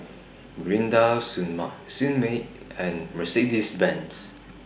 Mirinda Sunmaid and Mercedes Benz